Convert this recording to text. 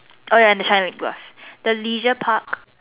oh ya and the China people the leisure park